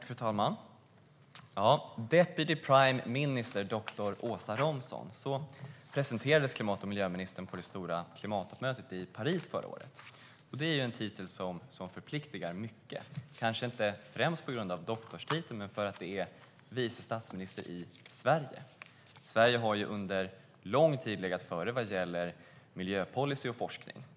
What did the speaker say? Fru talman! Deputy prime minister dr Åsa Romson. Så presenterades klimat och miljöministern på det stora klimattoppmötet i Paris förra året. Det är en titel som förpliktar mycket, kanske inte främst på grund av doktorstiteln utan för att det är vice statsministern i Sverige. Sverige har nämligen under lång tid legat före vad gäller miljöpolicy och forskning.